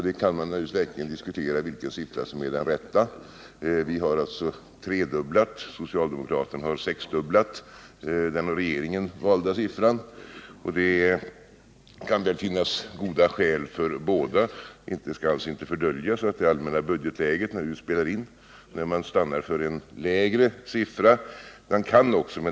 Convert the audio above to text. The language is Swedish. Nu kan man naturligtvis diskutera vilken siffra som är den rätta — vi har alltså velat tredubbla antalet, medan socialdemokraterna har velat sexdubbla den av regeringen valda siffran. Det kan väl finnas goda skäl för båda förslagen. Det skall naturligtvis inte fördöljas att det allmänna budgetläget här spelar in när man stannar för en lägre siffra.